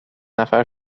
نفر